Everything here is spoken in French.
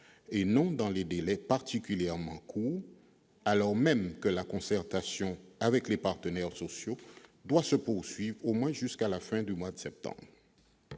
et non dans des délais particulièrement courts alors même que la concertation avec les partenaires sociaux doit se poursuivre au moins jusqu'à la fin du mois de septembre.